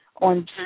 on